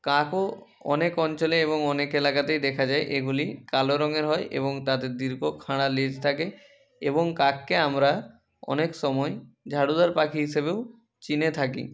কাকও অনেক অঞ্চলে এবং অনেক এলাকাতেই দেখা যায় এগুলি কালো রঙের হয় এবং তাদের দীর্ঘ খাড়া লেজ থাকে এবং কাককে আমরা অনেক সময় ঝাড়ুদার পাখি হিসেবেও চিনে থাকি